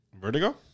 Vertigo